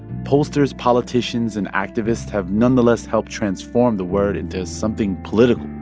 pollsters, politicians and activists have nonetheless helped transform the word into something political.